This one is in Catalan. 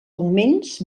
augments